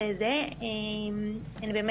לגבי החלת הסעיפים הקיימים.